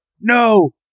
no